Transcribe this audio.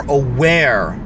aware